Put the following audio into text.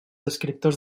escriptors